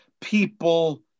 people